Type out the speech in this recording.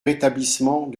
rétablissement